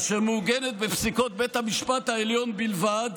אשר מעוגנת בפסיקות בית המשפט העליון בלבד,